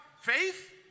Faith